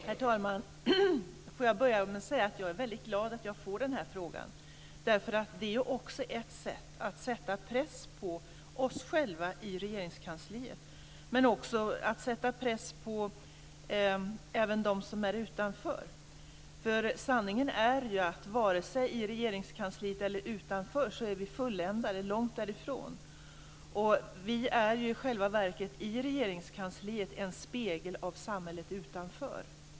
Herr talman! Får jag börja med att säga att jag är väldigt glad att få den här frågan. Det är ett sätt att sätta press på oss själva i Regeringskansliet men också att sätta press på dem som är utanför. Sanningen är att varken i Regeringskansliet eller utanför är vi fulländade. Långt därifrån. Vi är i Regeringskansliet i själva verket en spegel av samhället utanför.